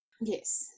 Yes